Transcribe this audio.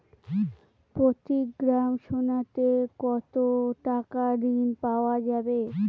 প্রতি গ্রাম সোনাতে কত টাকা ঋণ পাওয়া যাবে?